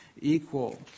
equal